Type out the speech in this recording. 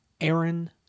Aaron